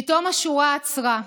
פתאום השורה עצרה.